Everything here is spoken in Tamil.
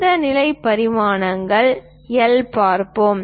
இந்த நிலை பரிமாணங்களை எல் பார்ப்போம்